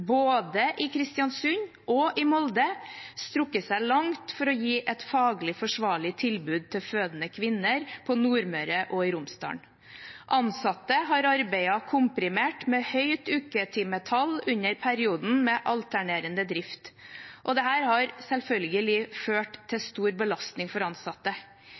både i Kristiansund og i Molde, strukket seg langt for å gi et faglig forsvarlig tilbud til fødende kvinner på Nordmøre og i Romsdal. Ansatte har arbeidet komprimert, med høyt uketimetall, under perioden med alternerende drift, og dette har selvfølgelig ført til stor belastning for ansatte.